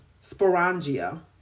sporangia